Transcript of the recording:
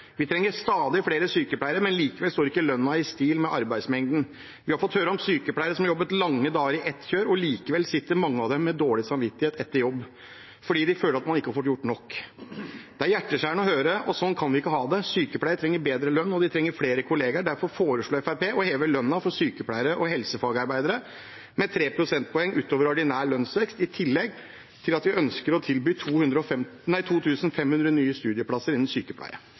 Vi trenger stadig flere sykepleiere, men likevel står ikke lønnen i stil med arbeidsmengden. Vi har fått høre om sykepleiere som har jobbet lange dager i ett kjør, og likevel sitter mange av dem med dårlig samvittighet etter jobb fordi de føler at de ikke har fått gjort nok. Det er hjerteskjærende å høre, og sånn kan vi ikke ha det. Sykepleiere trenger bedre lønn, og de trenger flere kollegaer. Derfor foreslår Fremskrittspartiet å heve lønnen for sykepleiere og helsefagarbeidere med 3 prosentpoeng utover ordinær lønnsvekst, i tillegg til at vi ønsker å tilby 2 500 nye studieplasser innen sykepleie.